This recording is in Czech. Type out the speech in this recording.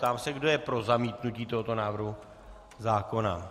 Ptám se, kdo je pro zamítnutí tohoto návrhu zákona.